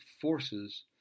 forces